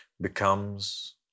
becomes